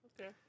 Okay